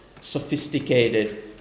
sophisticated